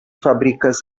fabrikas